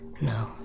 No